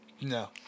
No